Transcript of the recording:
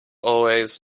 always